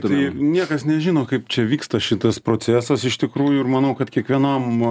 tai niekas nežino kaip čia vyksta šitas procesas iš tikrųjų ir manau kad kiekvienam